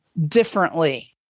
differently